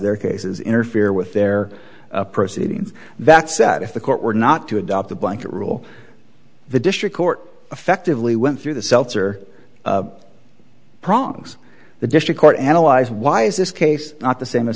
their cases interfere with their proceedings that said if the court were not to adopt a blanket rule the district court effectively went through the seltzer prongs the district court analyze why is this case not the same as